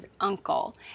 uncle